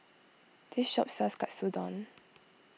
this shop sells Katsudon